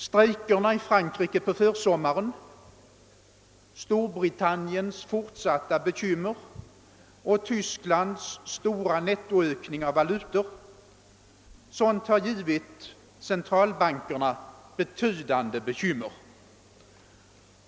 Strejkerna i Frankrike på försommaren, Storbritanniens fortsatta bekymmer och Tysklands stora nettoökning av valutor — sådant har givit centralbankerna betydande bekymmer.